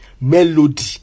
Melody